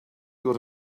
got